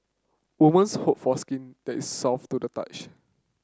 women hope for skin that is soft to the touch